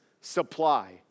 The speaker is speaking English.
supply